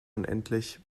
unendlich